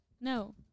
No